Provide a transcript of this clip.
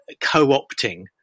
co-opting